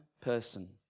person